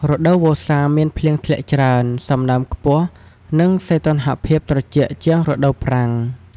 រដូវវស្សាមានភ្លៀងធ្លាក់ច្រើន សំណើមខ្ពស់ និងសីតុណ្ហភាពត្រជាក់ជាងរដូវប្រាំង។